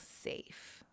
safe